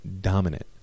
dominant